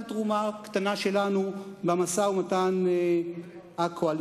תרומה קטנה שלנו במשא-ומתן הקואליציוני.